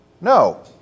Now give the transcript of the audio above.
No